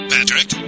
Patrick